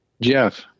Jeff